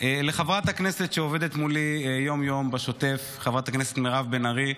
לחברת הכנסת שעובדת מולי יום-יום בשוטף חברת הכנסת מירב בן ארי,